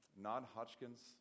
non-Hodgkin's